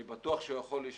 אני בטוח שהוא יכול לשקול,